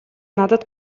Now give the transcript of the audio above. надад